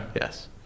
Yes